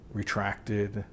retracted